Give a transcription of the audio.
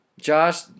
Josh